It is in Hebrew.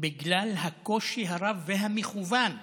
בגלל הקושי הרב והמכוון בבחינות.